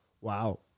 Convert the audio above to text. Wow